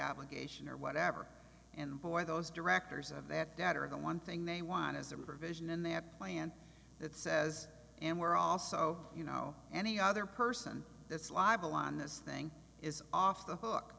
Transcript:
obligation or whatever and where those directors of that debt are the one thing they want is a provision in that plan that says and we're also you know any other person that's libel on this thing is off the hook